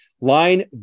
Line